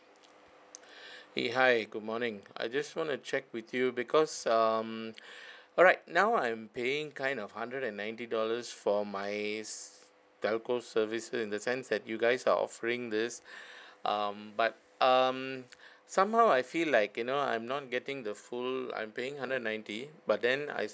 eh hi good morning I just want to check with you because um alright now I'm paying kind of hundred and ninety dollars for my s~ telco service in the sense that you guys are offering this um but um somehow I feel like you know I'm not getting the full I'm paying hundred and ninety but then I